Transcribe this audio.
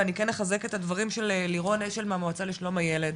אני כן אחזק את הדברים של לירון אשל מהמועצה לשלום הילד.